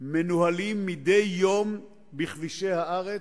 מנוהלים מדי יום בכבישי הארץ.